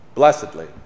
Blessedly